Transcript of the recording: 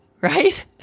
right